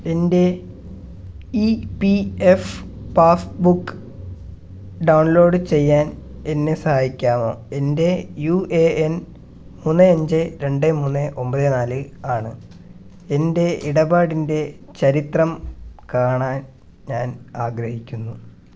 എൻ്റെ E P F passbook download ചെയ്യാൻ എന്നെ സഹായിക്കാമോ എൻ്റെ യു എ എൻ മൂന്ന് അഞ്ച് രണ്ട് മൂന്ന് ഒമ്പത് നാല് ആണ് എൻ്റെ ഇടപാടിൻ്റെ ചരിത്രം കാണാൻ ഞാൻ ആഗ്രഹിക്കുന്നു